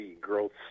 growth